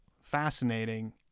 fascinating